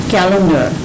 calendar